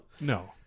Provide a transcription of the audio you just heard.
No